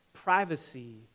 Privacy